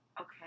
Okay